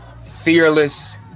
Fearless